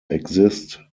exist